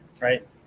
right